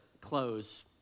close